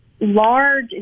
large